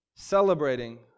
Celebrating